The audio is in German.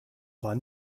war